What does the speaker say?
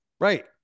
Right